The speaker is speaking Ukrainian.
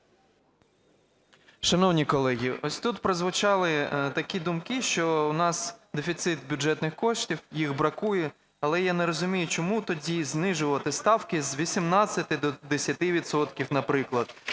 Шановні колеги, ось тут прозвучали такі думки, що в нас дефіцит бюджетних коштів, їх бракує. Але я не розумію, чому тоді знижувати ставки з 18 до 10 відсотків, наприклад.